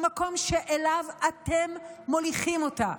המקום שאליו אתם מוליכים אותה.